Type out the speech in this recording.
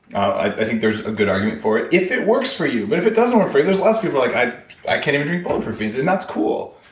i think there's a good argument for it if it works for you! but if it doesn't work for you. there's lots of people like, i i can't even drink bulletproof beans, and that's cool.